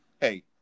hey